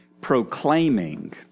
proclaiming